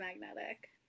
magnetic